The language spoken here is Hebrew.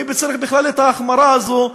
מי צריך בכלל את ההחמרה הזו,